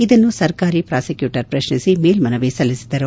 ಇದನ್ನು ಸರ್ಕಾರಿ ಪ್ರಾಸಿಕ್ಕೂಟರ್ ಪ್ರಶ್ನಿಸಿ ಮೇಲ್ದನವಿ ಸಲ್ಲಿಸಿದರು